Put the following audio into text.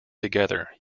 together